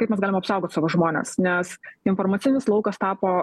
kaip mes galim apsaugot savo žmones nes informacinis laukas tapo